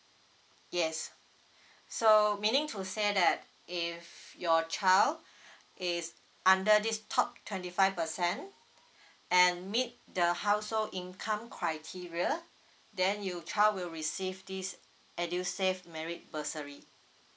yes so meaning to say that if your child is under this top twenty five percent and meet the household income criteria then you child will receive this edusave merit bursary